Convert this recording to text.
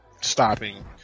stopping